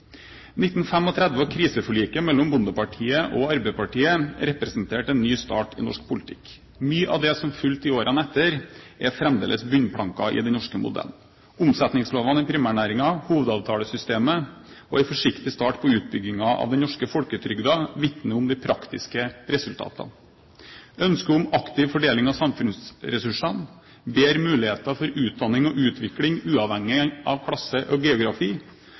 1935 og kriseforliket mellom Bondepartiet og Arbeiderpartiet representerte en ny start i norsk politikk. Mye av det som fulgte i årene etter, er fremdeles bunnplanker i den norske modellen. Omsetningslovene i primærnæringene, hovedavtalesystemet og en forsiktig start på utbyggingen av den norske folketrygden vitner om de praktiske resultatene. Ønsket om aktiv fordeling av samfunnsressursene, bedre muligheter for utdanning og utvikling uavhengig av klasse og geografi